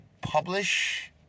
publish